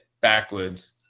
backwards